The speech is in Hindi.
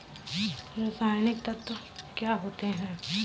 रसायनिक तत्व क्या होते हैं?